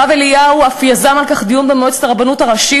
הרב אליהו אף יזם דיון על כך במועצת הרבנות הראשית,